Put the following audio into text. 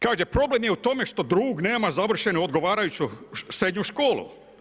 Kaže problem je u tome što drug nema završenu odgovarajuću srednju školu.